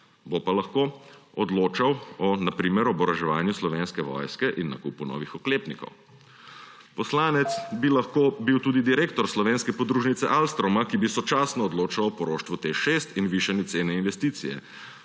Bo pa lahko odločal o, na primer, oboroževanju Slovenske vojske in nakupu novih oklepnikov. Poslanec bi lahko bil tudi direktor slovenske podružnice Alstoma, ki bi sočasno odločal o poroštvu TEŠ 6 in višanju cene investicije.